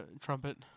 Trumpet